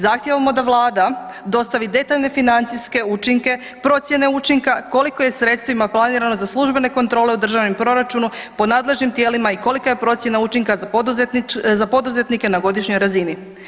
Zahtijevamo da vlada dostavi detaljne financijske učinke procjene učinka koliko je sredstvima planiramo za službene kontrole u državnom proračuna po nadležnim tijelima i kolika je procjena učinka za poduzetnike na godišnjoj razini?